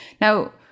now